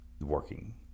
working